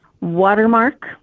Watermark